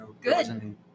Good